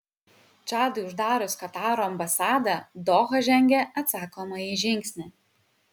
čadui uždarius kataro ambasadą doha žengė atsakomąjį žingsnį